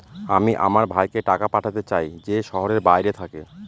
আমি আমার ভাইকে টাকা পাঠাতে চাই যে শহরের বাইরে থাকে